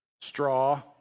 straw